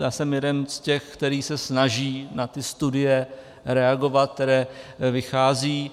Já jsem jeden z těch, který se snaží na ty studie reagovat, které vychází.